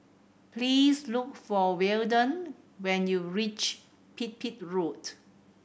please look for Weldon when you reach Pipit Road